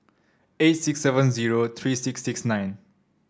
eight six seven zero three six six nine